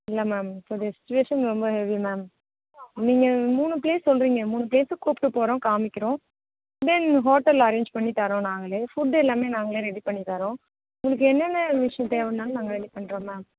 இல்லை மேம் கொஞ்சோம் சிச்சுவேஷன் ரொம்ப ஹெவி மேம் நீங்கள் மூணு ப்ளேஸ் சொல்லுறீங்க மூணு பிளேஸ்கு கூப்பிட்டு போகிறோம் காமிக்கிறோம் தென் ஹோட்டல் அரேன்ஜ் பண்ணித்தறோம் நாங்களே ஃபுட் எல்லாமே நாங்களே ரெடி பண்ணித்தறோம் உங்களுக்கு என்னென்ன விஷயம் தேவைனாலும் நாங்கள் ரெடி பண்ணுறோம் மேம்